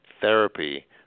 therapy